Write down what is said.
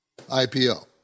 IPO